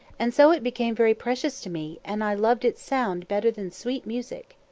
and so it became very precious to me, and i loved its sound better than sweet music.